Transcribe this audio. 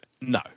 No